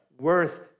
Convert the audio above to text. worth